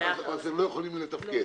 הם לא יכולים לתפקד.